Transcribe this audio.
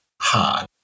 hard